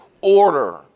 order